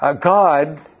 God